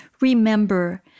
remember